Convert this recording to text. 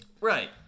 Right